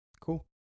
Cool